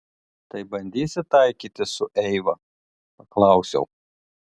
tai bandysi taikytis su eiva paklausiau